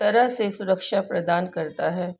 तरह से सुरक्षा प्रदान करता है